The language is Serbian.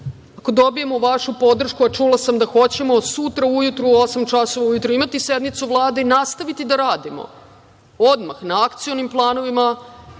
ako dobijemo vašu podršku, a čula sam da hoćemo, sutra ujutru u osam časova ujutru imati sednicu Vlade i nastaviti da radimo odmah na akcionim planovima